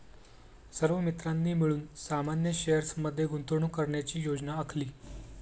सर्व मित्रांनी मिळून सामान्य शेअर्स मध्ये गुंतवणूक करण्याची योजना आखली